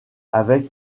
avec